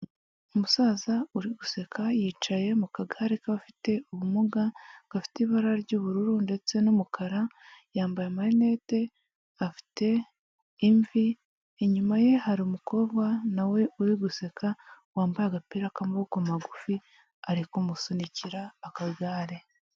Umusaza uri guseka yicaye mu kagare k'abafite ubumuga gafite ibara ry'ubururu ndetse n'umukara, yambaye amarinete, afite imvi inyuma ye hari umukobwa nawe uri guseka wambaye agapira k'amaboko magufi ari kumusunikira akagare.